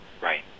Right